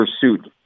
pursuit